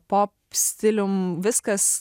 pop stilium viskas